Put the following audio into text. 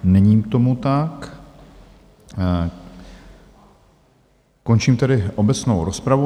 Není tomu tak, končím tedy obecnou rozpravu.